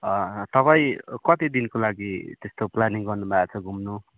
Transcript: तपाईँ कति दिनको लागि त्यस्तो प्लानिङ गर्नुभएको छ घुम्नु